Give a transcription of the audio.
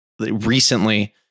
recently